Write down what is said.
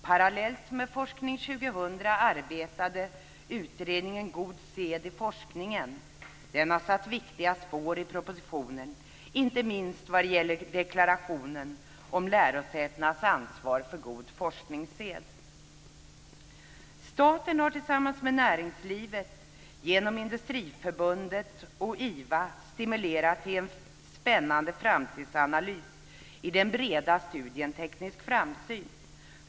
Parallellt med Forskning 2000 arbetade utredningen God sed i forskningen. Den har satt viktiga spår i propositionen, inte minst vad gäller deklarationen om lärosätenas ansvar för god forskningssed. Staten har tillsammans med näringslivet genom Industriförbundet och IVA stimulerat till en spännande framtidsanalys i den breda studien Teknisk Framsyn.